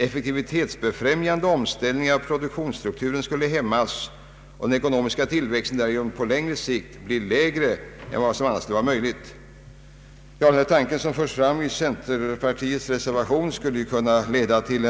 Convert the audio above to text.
Effektivitetsfrämjande omställningar av produktionsstrukturen skulle hämmas och den ekonomiska tillväxten därigenom på längre sikt bli lägre än vad som annars skulle vara möjligt.” Den tanke som förts fram i centerpartiets reservation skulle kunna leda till